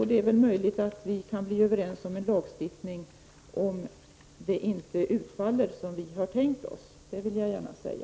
Det är möjligt att vi kan bli överens om en lagstiftning om detta inte utfaller som vi har tänkt oss. Det vill jag gärna säga.